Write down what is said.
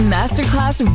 Masterclass